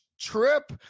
trip